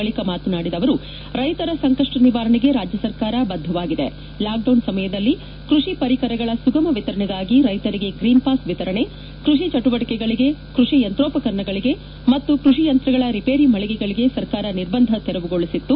ಬಳಿಕ ಮಾತನಾಡಿದ ಅವರು ರೈತರ ಸಂಕಷ್ಟ ನಿವಾರಣೆಗೆ ರಾಜ್ಯ ಸರ್ಕಾರ ಬದ್ದವಾಗಿದೆ ಲಾಕ್ಡೌನ್ ಸಮಯದಲ್ಲಿ ಕೃಷಿ ಪರಿಕರಗಳ ಸುಗಮ ವಿತರಣೆಗಾಗಿ ರೈಶರಿಗೆ ಗ್ರೀನ್ ಪಾಸ್ ವಿತರಿಣೆ ಕೃಷಿ ಚಟುವಟಿಕೆಗಳಿಗೆ ಕೃಷಿ ಯಂತ್ರೋಪಕರಣಗಳಿಗೆ ಮತ್ತು ಕೃಷಿ ಯಂತ್ರಗಳ ರಿಪೇರಿ ಮಳಿಗೆಗಳಿಗೆ ಸರ್ಕಾರ ನಿರ್ಬಂಧ ತೆರವುಗೊಳಿಸಿತ್ತು